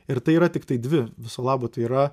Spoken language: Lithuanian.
ir tai yra tiktai dvi viso labo tai yra